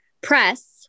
press